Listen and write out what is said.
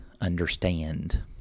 understand